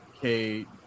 Kate